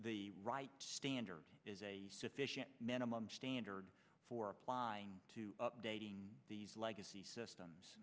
the right standard is a sufficient minimum standard for applying to updating these legacy systems